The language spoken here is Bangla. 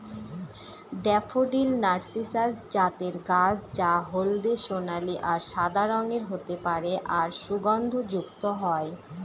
ড্যাফোডিল নার্সিসাস জাতের গাছ যা হলদে সোনালী আর সাদা রঙের হতে পারে আর সুগন্ধযুক্ত হয়